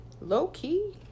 low-key